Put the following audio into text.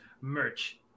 merch